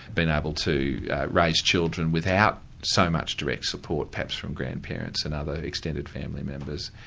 being able to raise children without so much direct support perhaps from grandparents and other extended family members.